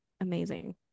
amazing